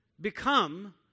become